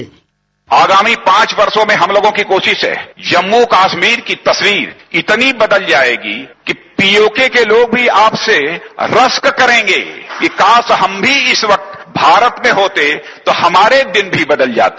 sound bite आगामी पांच वर्षों में हम लोगों की कोशिश है जम्मू कश्मीर की तस्वीर इतनी बदल जाएगी कि पीओके के लोग भी आपसे रश्क करेंगे कि काश हम भी इस वक्त भारत में होते तो हमारे दिन भी बदल जाते